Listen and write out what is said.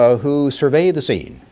ah who survey the scene,